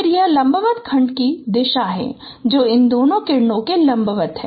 फिर यह लंबवत खंड की दिशा है जो इन दोनों किरणों के लंबवत है